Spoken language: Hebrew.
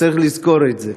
צריך לזכור את זה.